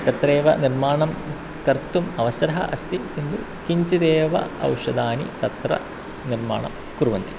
तत्रेव निर्माणं कर्तुम् अवसरः अस्ति किन्तु किञ्चिदेव औषधानि तत्र निर्माणं कुर्वन्ति